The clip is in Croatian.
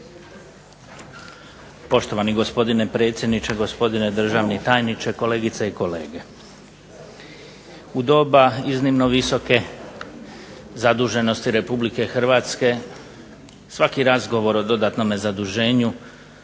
Poštovani gospodine predsjedniče, gospodine državni tajniče, kolegice i kolege zastupnici. U doba iznimno visoke zaduženosti RH svaki razgovor o dodatnom zaduženju